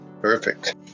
Perfect